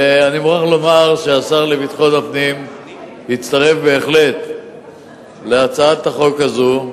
אני מוכרח לומר שהשר לביטחון הפנים הצטרף בהחלט להצעת החוק הזאת,